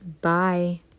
Bye